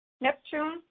Neptune